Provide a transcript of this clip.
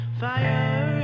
fire